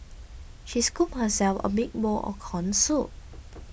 she scooped herself a big bowl of Corn Soup